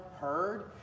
heard